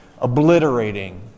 obliterating